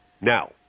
Now